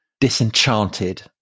disenchanted